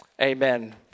Amen